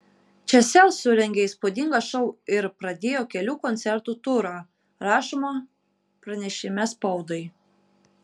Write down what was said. čia sel surengė įspūdingą šou ir pradėjo kelių koncertų turą rašoma pranešime spaudai